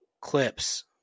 clips